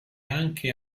anche